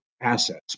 assets